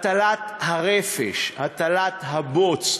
הטלת הרפש, הטלת הבוץ.